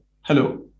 Hello